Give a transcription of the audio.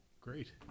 Great